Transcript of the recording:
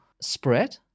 spread